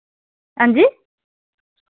हां जी